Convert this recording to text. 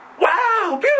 Wow